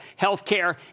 healthcare